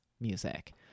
music